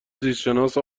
زیستشناس